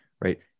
right